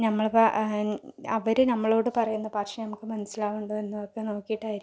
നമ്മളിപ്പോൾ അവർ നമ്മളോട് പറയുന്ന ഭാഷ നമുക്ക് മനസ്സിലാവുന്നുണ്ടോ എന്നൊക്കെ നോക്കിയിട്ടായിരിക്കും